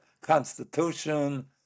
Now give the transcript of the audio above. constitution